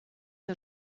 que